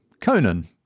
Conan